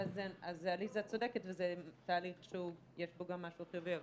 עליזה צודקת וזה תהליך שיש בו גם משהו חיובי.